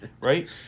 right